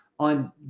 On